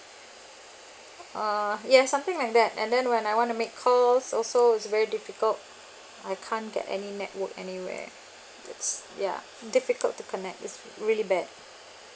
ah yes something like that and then when I want to make a so so so it's very difficult I can't get any network anywhere yeah mm difficult to connect is really bad